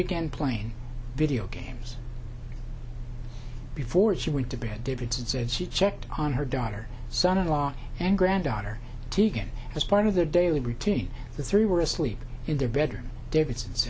began playing video games before she went to bed david said she checked on her daughter son in law and granddaughter to get as part of their daily routine the three were asleep in their bedroom davi